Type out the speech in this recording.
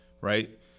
right